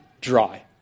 dry